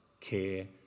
care